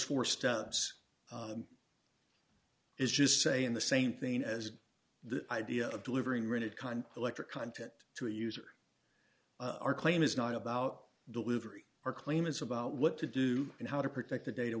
four steps is just say in the same thing as the idea of delivering rigid kind electric content to a user our claim is not about delivery or claim it's about what to do and how to protect the data